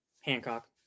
hancock